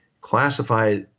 classify